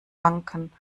banken